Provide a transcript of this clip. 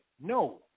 No